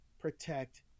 protect